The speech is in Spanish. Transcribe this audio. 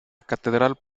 catedral